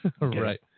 right